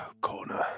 corner